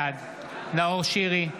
בעד נאור שירי,